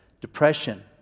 depression